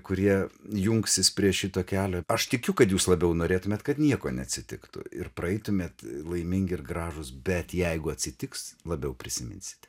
kurie jungsis prie šito kelio aš tikiu kad jūs labiau norėtumėt kad nieko neatsitiktų ir praeitumėt laimingi ir gražūs bet jeigu atsitiks labiau prisiminsite